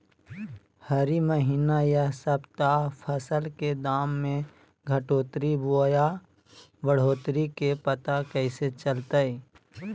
हरी महीना यह सप्ताह फसल के दाम में घटोतरी बोया बढ़ोतरी के पता कैसे चलतय?